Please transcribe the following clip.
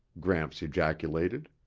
gramps ejaculated.